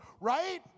Right